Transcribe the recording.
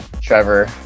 Trevor